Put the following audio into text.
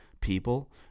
people